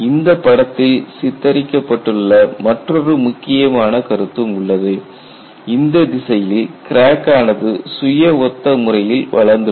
இந்த படத்தில் சித்தரிக்கப்பட்டுள்ள மற்றொரு முக்கியமான கருத்தும் உள்ளது இந்த திசையில் கிராக் ஆனது சுய ஒத்த முறையில் வளர்ந்துள்ளது